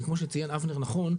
כי כמו שציין אבנר נכון,